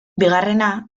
bigarrena